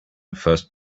first